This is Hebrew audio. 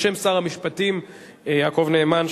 בשם שר המשפטים יעקב נאמן,